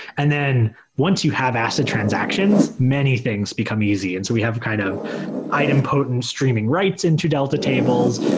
and then once you have acid transactions, many things become easy. and so we have kind of idempotent streaming writes into delta tables.